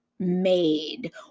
made